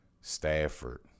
Stafford